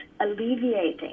alleviating